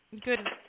Good